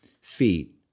feet